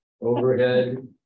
overhead